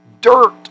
dirt